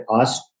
asked